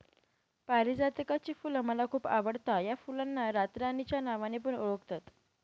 पारीजातकाची फुल मला खूप आवडता या फुलांना रातराणी च्या नावाने पण ओळखतात